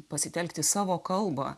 pasitelkti savo kalbą